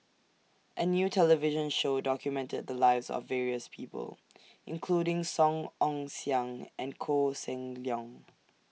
A New television Show documented The Lives of various People including Song Ong Siang and Koh Seng Leong